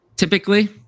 typically